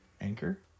Anchor